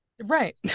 right